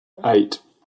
eight